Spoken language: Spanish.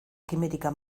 quimérica